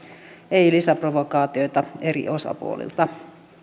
ei lisäprovokaatioita eri osapuolilta